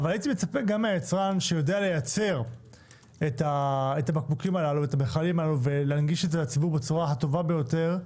שיודע לייצר את המכלים הללו ולהנגיש אותם בצורה הטובה ביותר,